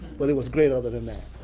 but it was great other than that.